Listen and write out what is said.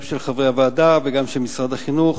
גם של חברי הוועדה וגם של משרד החינוך,